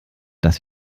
dass